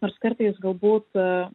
nors kartais galbūt